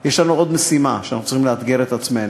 אבל יש לנו עוד משימה שאנחנו צריכים לאתגר בה את עצמנו.